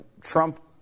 Trump